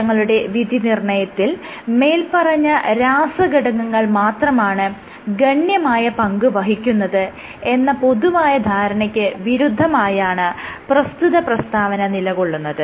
കോശങ്ങളുടെ വിധിനിർണ്ണയത്തിൽ മേല്പറഞ്ഞ രാസഘടകങ്ങൾ മാത്രമാണ് ഗണ്യമായ പങ്ക് വഹിക്കുന്നത് എന്ന പൊതുവായ ധാരണയ്ക്ക് വിരുദ്ധമായാണ് പ്രസ്തുത പ്രസ്താവന നിലകൊള്ളുന്നത്